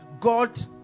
God